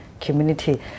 community